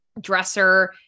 dresser